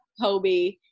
Kobe